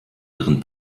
ihren